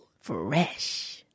Fresh